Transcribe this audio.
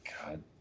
God